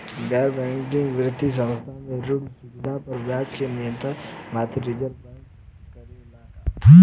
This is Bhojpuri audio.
गैर बैंकिंग वित्तीय संस्था से ऋण सुविधा पर ब्याज के नियंत्रण भारती य रिजर्व बैंक करे ला का?